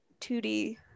2D